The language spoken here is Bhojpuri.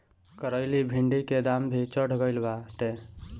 करइली भिन्डी के दाम भी चढ़ गईल बाटे